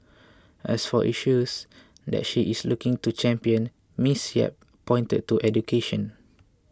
as for issues that she is looking to champion Ms Yap pointed to education